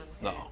No